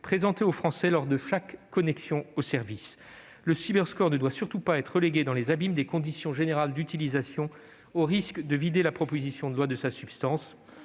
présenté aux Français lors de chaque connexion au service. Le Cyberscore ne doit surtout pas être relégué dans les abîmes des conditions générales d'utilisation, ce qui reviendrait à vider la proposition de loi de sa substance.